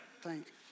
thank